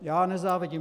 Já nezávidím.